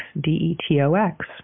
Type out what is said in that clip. D-E-T-O-X